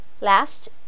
last